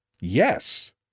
Yes